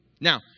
Now